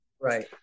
right